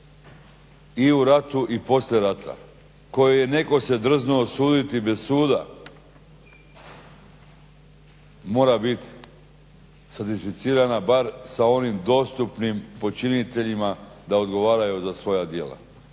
i u ratu i poslije rata koje je netko se drznuo osuditi bez suda mora biti … bar sa onim dostupnim počiniteljima da odgovaraju za svoja djela,